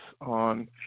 on